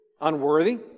unworthy